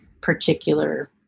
particular